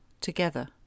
together